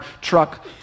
truck